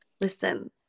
listen